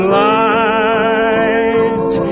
light